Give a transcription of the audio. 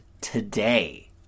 today